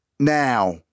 Now